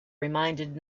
reminded